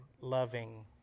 loving